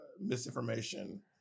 misinformation